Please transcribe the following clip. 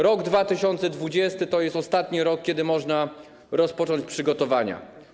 Rok 2020 to jest ostatni rok, kiedy można rozpocząć przygotowania.